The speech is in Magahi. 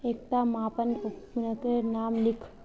एकटा मापन उपकरनेर नाम लिख?